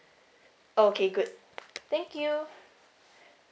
okay good thank you